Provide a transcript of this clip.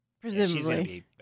presumably